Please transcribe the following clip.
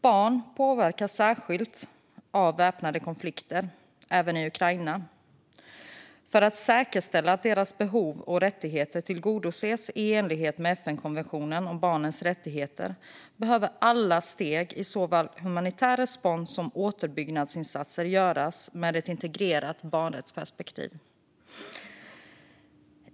Barn påverkas särskilt av väpnade konflikter, även i Ukraina. För att säkerställa att deras behov och rättigheter tillgodoses i enlighet med FN-konventionen om barnens rättigheter behöver alla steg i såväl humanitär respons som återuppbyggnadsinsatser göras med ett integrerat barnrättsperspektiv.